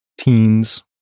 teens